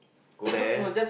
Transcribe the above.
go there